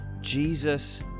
Jesus